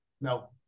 No